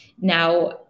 Now